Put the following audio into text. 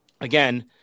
again